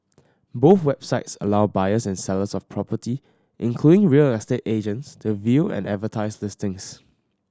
both websites allow buyers and sellers of property including real estate agents to view and advertise listings